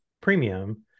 premium